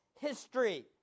history